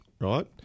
right